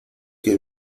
que